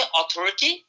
authority